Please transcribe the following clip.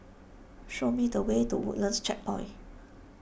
show me the way to Woodlands Checkpoint